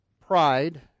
Pride